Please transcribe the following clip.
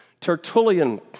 Tertullian